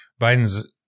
Biden's